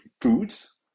foods